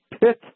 pit